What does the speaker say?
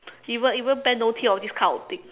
even even Ben don't think of this kind of thing